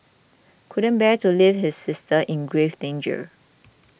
couldn't bear to leave his sister in grave danger